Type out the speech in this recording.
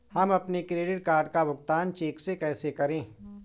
हम अपने credit card का भुगतान चेक से कैसे करें?